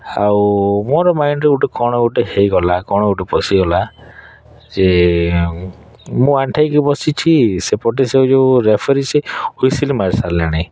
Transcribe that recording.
ଆଉ ମୋର ମାଇଣ୍ଡରେ ଗୋଟେ କ'ଣ ଗୋଟେ ହେଇଗଲା କ'ଣ ଗୋଟେ ପଶିଗଲା ଯେ ମୁଁ ଆଣ୍ଠାଇକି ବସିଛି ସେପଟେ ସେ ଯେଉଁ ରେଫରୀ ସେ ହୁଇସିଲ୍ ମାରିସାରିଲାଣି